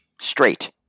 Straight